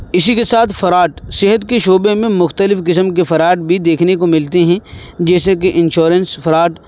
اسی کے ساتھ فراڈ صحت کے شعبے میں مخلتف قسم کے فراڈ بھی دیکھنے کو ملتے ہیں جیسے کہ انشورنس فراڈ